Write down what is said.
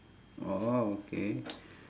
orh okay